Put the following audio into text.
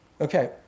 okay